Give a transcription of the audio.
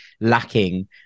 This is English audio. lacking